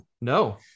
No